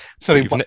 sorry